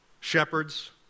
shepherds